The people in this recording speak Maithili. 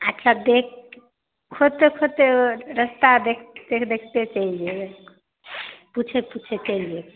अच्छा देख खोजते खोजते रास्ता देखते देखते चलि जयबै पूछैत पूछैत चलि जयबै